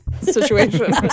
situation